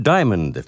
Diamond